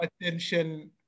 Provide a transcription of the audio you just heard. attention